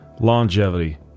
longevity